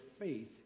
faith